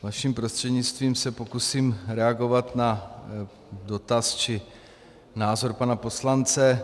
Vaším prostřednictvím se pokusím reagovat na dotaz či názor pana poslance.